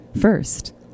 first